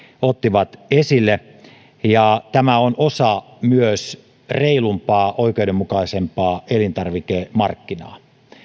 ottivat esille ja tämä on myös osa reilumpaa oikeudenmukaisempaa elintarvikemarkkinaa